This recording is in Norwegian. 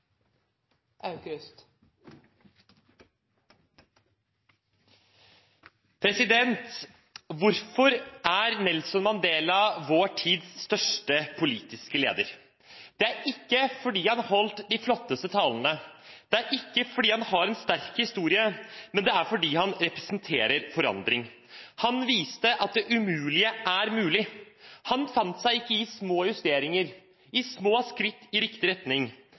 forsinkelser. Hvorfor er Nelson Mandela vår tids største politiske leder? Det er ikke fordi han holdt de flotteste talene, det er ikke fordi han har en sterk historie, men det er fordi han representerer forandring. Han viste at det umulige er mulig. Han fant seg ikke i små justeringer, de små skritt i riktig retning.